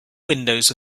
windows